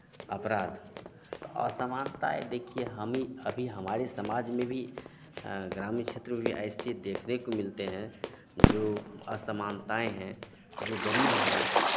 अपराध तो असमानताएँ देखिये हमी अभी हमारे समाज में भी ग्रामीण क्षेत्र में भी ऐसे देखने को मिलते हैं जो असमानताएं हैं जो गरीब हैं